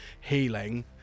healing